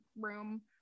room